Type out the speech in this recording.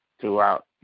throughout